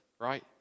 right